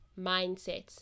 mindsets